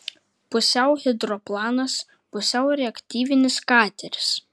pusiau hidroplanas pusiau reaktyvinis kateris